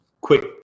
quick